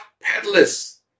peddlers